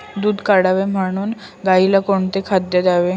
दूध वाढावे म्हणून गाईला कोणते खाद्य द्यावे?